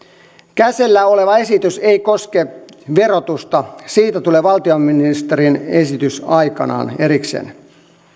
käsillä oleva esitys ei koske verotusta siitä tulee valtiovarainministerin esitys aikanaan erikseen